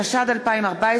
התשע"ד 2014,